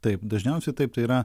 taip dažniausiai taip tai yra